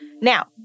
Now